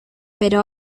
pero